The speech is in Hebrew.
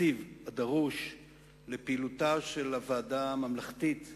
התקציב הדרוש לפעילותה של ועדת חקירה ממלכתית